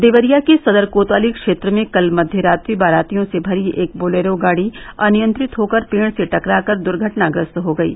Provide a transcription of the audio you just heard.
देवरिया के सदर कोतवाली क्षेत्र में कल मध्य रात्रि बारातियों से भरी एक बोलेरो गाड़ी अनियंत्रित होकर पेड़ से टकरा कर दुर्घटनाग्रस्त हो गयी